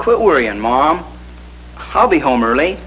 quit worrying mom i'll be home early